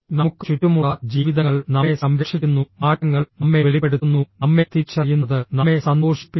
നമുക്ക് ചുറ്റുമുള്ള ജീവിതങ്ങൾ നമ്മെ സംരക്ഷിക്കുന്നു മാറ്റങ്ങൾ നമ്മെ വെളിപ്പെടുത്തുന്നു നമ്മെ തിരിച്ചറിയുന്നത് നമ്മെ സന്തോഷിപ്പിക്കുന്നു